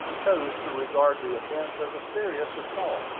chose to regard the offence as a serious assault,